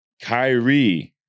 Kyrie